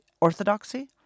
orthodoxy